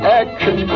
action